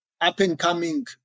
up-and-coming